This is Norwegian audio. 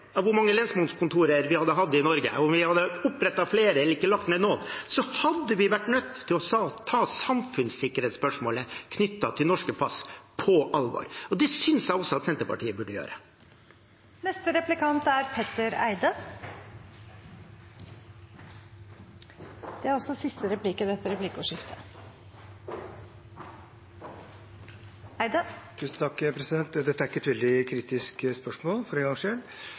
av hvor mange lensmannskontorer vi hadde hatt i Norge – om vi hadde opprettet flere eller ikke hadde lagt ned noen – hadde vi vært nødt til å ta samfunnssikkerhetsspørsmålet knyttet til norske pass på alvor. Det synes jeg at også Senterpartiet burde gjøre. Dette er ikke et veldig kritisk spørsmål, for en gangs skyld.